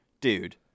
Dude